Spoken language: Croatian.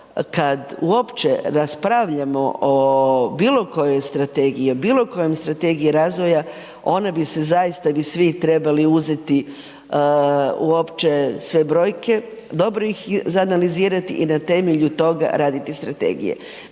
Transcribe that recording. kada uopće raspravljamo o bilo kojoj strategiji i bilo kojoj strategiji razvoja onda bi se zaista svi trebali uzeti uopće sve brojke. Dobro ih izanalizirati i na temelju toga raditi strategije.